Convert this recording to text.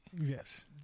Yes